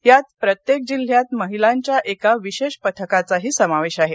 यात प्रत्येक जिल्ह्यात महिलांच्या एका विशेष पथकाचाही समावेश आहे